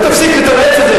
אתה רוצה שוויון.